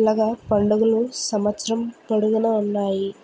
ఇలాగా పండుగలు సంవత్సరం పొడువునా ఉన్నాయి